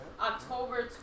october